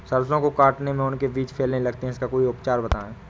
सरसो को काटने में उनके बीज फैलने लगते हैं इसका कोई उपचार बताएं?